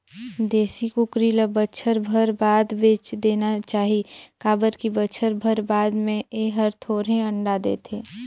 देसी कुकरी ल बच्छर भर बाद बेच देना चाही काबर की बच्छर भर बाद में ए हर थोरहें अंडा देथे